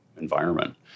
environment